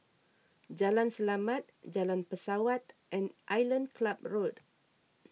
Jalan Selamat Jalan Pesawat and Island Club Road